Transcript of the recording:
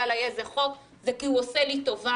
אליי איזה חוק זה כי הוא עושה לי טובה.